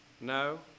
No